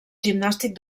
gimnàstic